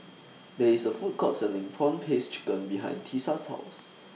There IS A Food Court Selling Prawn Paste Chicken behind Tisa's House